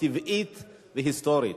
טבעית והיסטורית.